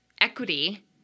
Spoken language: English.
equity